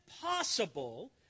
possible